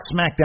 SmackDown